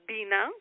Bina